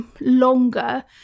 longer